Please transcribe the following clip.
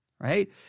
Right